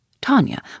Tanya